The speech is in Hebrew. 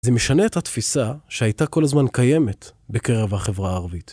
זה משנה את התפיסה שהייתה כל הזמן קיימת בקרב החברה הערבית.